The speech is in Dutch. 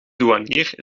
douanier